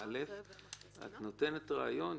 את נותנת רעיון,